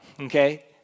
okay